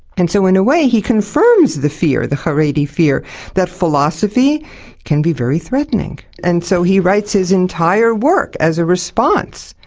and so in a way he confirms the fear, the haredi fear that philosophy can be very threatening. and so he writes his entire work as a response,